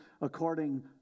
according